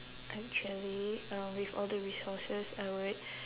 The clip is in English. actually um with all the resources I would